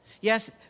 Yes